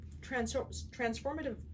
transformative